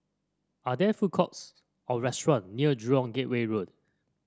are there food courts or restaurant near Jurong Gateway Road